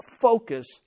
focus